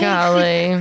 Golly